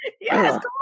Yes